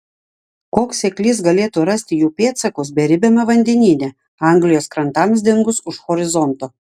koks seklys galėtų rasti jų pėdsakus beribiame vandenyne anglijos krantams dingus už horizonto